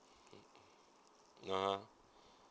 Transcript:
(uh huh)